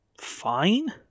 fine